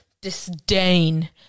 disdain